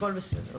הכול בסדר.